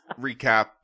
recap